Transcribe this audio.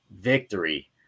victory